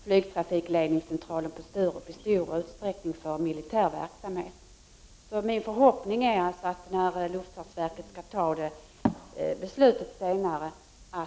Flygledningscentralen på Sturup arbetar dessutom i stor utsträckning med militär verksamhet. Min förhoppning är alltså att man väntar med beslutet.